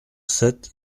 sept